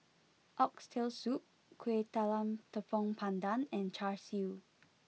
Oxtail Soup Kueh Talam Tepong Pandan and Char Siu